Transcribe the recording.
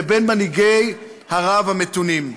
לבין מנהיגי ערב המתונים.